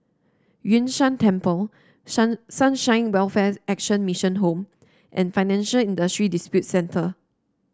Yun Shan Temple Sunshine Welfare Action Mission Home and Financial Industry Disputes Center